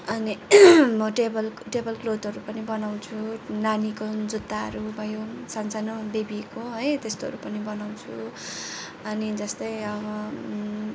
अनि म table table क्लोथहरू पनि बनाउँछु नानीको जुत्ताहरू भयो सानो सानो बेबीको है त्यस्तोहरू पनि बनाउँछु अनि जस्तै अब